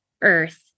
earth